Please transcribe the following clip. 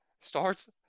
starts